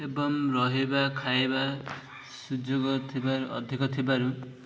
ଏବଂ ରହିବା ଖାଇବା ସୁଯୋଗ ଥିବାରୁ ଅଧିକ ଥିବାରୁ